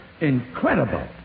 Incredible